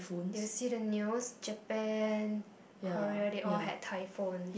did you see the news Japan Korea they all had typhoon